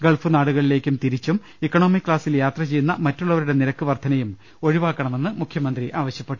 Gulf നാടുകളിലേക്കും തിരിച്ചും economy ക്ലാസിൽ യാത്ര ചെയ്യുന്ന മറ്റുള്ളവരുടെ നിരക്ക് വർധനയും ഒഴിവാക്കണ്മെന്ന് മുഖ്യമന്ത്രി ആവശ്യപ്പെട്ടു